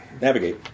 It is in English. Navigate